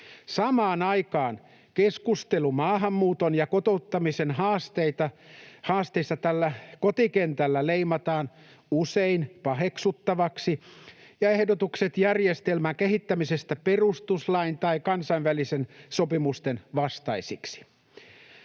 Samaan aikaan keskustelu maahanmuuton ja kotouttamisen haasteista täällä kotikentällä leimataan usein paheksuttavaksi ja ehdotukset järjestelmän kehittämisestä perustuslain tai kansainvälisten sopimusten vastaisiksi.